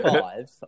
five